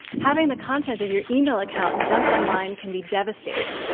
having the content of your email account dumped online can be devastating.